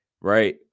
right